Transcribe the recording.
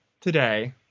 today